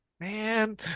man